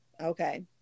Okay